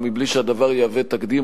ובלי שהדבר יהווה תקדים,